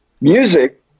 music